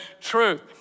truth